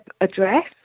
address